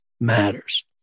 matters